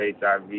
HIV